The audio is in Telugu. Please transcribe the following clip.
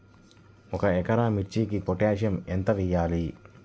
ఒక ఎకరా మిర్చీకి పొటాషియం ఎంత వెయ్యాలి?